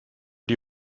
die